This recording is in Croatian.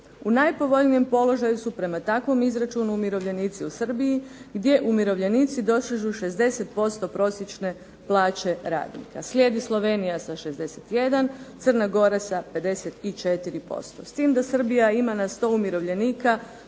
U najpovoljnijem položaju su prema takvom izračunu umirovljenici u Srbiji gdje umirovljenici dosežu 60% prosječne plaće radnika. Slijedi Slovenija 61%, Crna Gora sa 54%. S tim da Srbija ima na 100 umirovljenika